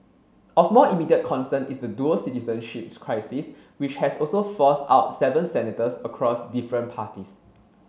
of more immediate concern is the dual citizenship crisis which has also forced out seven senators across different parties